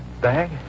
Bag